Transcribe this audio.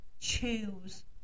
choose